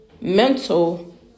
mental